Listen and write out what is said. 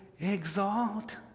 exalt